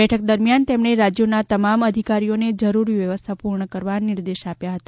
બેઠક દરમ્યાન તેમણે રાજ્યોના તમામ અધિકારીઓને જરૂરી વ્યવસ્થા પૂર્ણ કરવા નિર્દેશ આપ્યા હતા